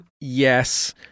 Yes